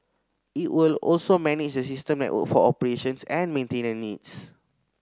it will also manage the system for operations and maintenance needs